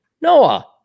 Noah